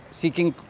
seeking